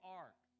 ark